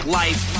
life